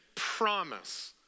Promise